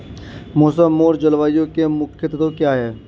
मौसम और जलवायु के मुख्य तत्व क्या हैं?